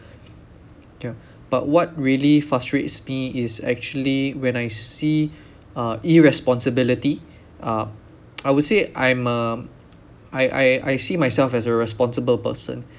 K ah but what really frustrates me is actually when I see uh irresponsibility uh I would say I'm a I I I see myself as a responsible person